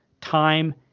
time